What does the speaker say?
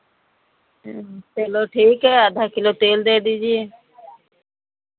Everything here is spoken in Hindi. ह्म्म चलो ठीक है आधा किलो तेल दे दीजिए